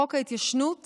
חוק ההתיישנות